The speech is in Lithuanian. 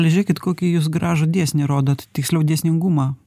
žiūrėkit kokį jūs gražų dėsnį rodot tiksliau dėsningumą